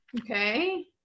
Okay